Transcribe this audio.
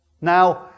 Now